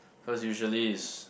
cause usually is